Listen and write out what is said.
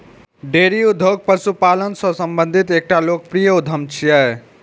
dairy उद्योग पशुपालन सं संबंधित एकटा लोकप्रिय उद्यम छियै